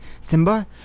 Simba